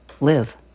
live